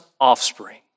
offspring